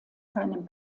seinem